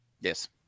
Yes